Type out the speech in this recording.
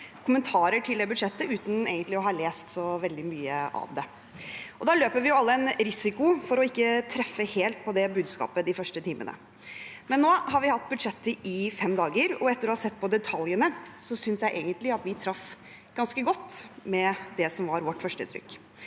kommentarer til det budsjettet uten egentlig å ha lest så veldig mye av det. Da løper vi alle en risiko for ikke å treffe helt på det budskapet de første timene. Nå har vi hatt budsjettet i fem dager, og etter å ha sett på detaljene synes jeg egentlig at vi traff ganske godt med det som var vårt førsteinntrykk.